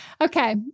Okay